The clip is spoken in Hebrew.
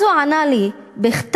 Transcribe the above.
הוא ענה לי בכתב: